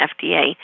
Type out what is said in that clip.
FDA